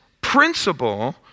principle